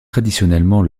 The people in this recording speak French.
traditionnellement